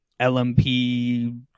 LMP